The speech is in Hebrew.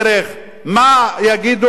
מה יגידו לאותם אנשים,